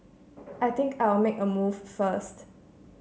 I think I'll make a move first